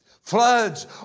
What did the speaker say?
Floods